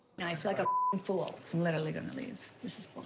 i feel like a fool. i'm literally gonna leave. this is